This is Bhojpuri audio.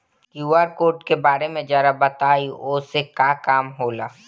क्यू.आर कोड के बारे में जरा बताई वो से का काम होला?